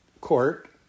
court